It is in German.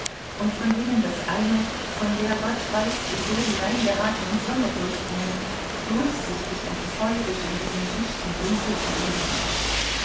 und von denen das eine von der gott weiß wieso hineingeratenen sonne durchdrungen durchsichtig und feurig in diesem dichten dunkel glühte